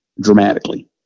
Dramatically